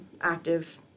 active